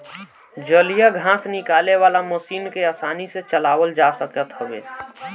जलीय घास निकाले वाला मशीन के आसानी से चलावल जा सकत हवे